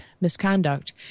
misconduct